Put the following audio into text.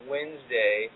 Wednesday